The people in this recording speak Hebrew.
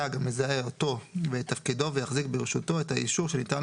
תג המזהה אותו ואת תפקידו ויחזיק ברשותו את האישור שניתן